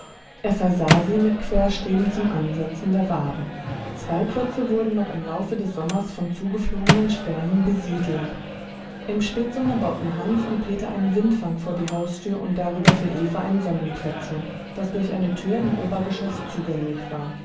er versah sie mit querstäben zum ansetzen der waben zwei klötze wurden noch im laufe des sommers von zugeflogenen schwärmen besiedelt im spätsommer bauten hans und peter einen windfang vor die haustür und darüber für eva ein sonnenplätzchen das durch eine tür im obergeschoß zugänglich war